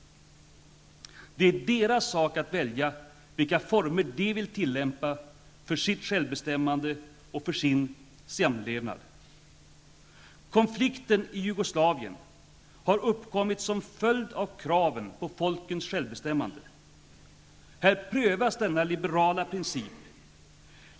Det är deras sak att välja vilka former de vill tillämpa, både för sitt självbestämmande och för sin samlevnad. Konflikten i Jugoslavien har uppkommit som följd av kraven på folkens självbestämmande. Här prövas denna liberala princip.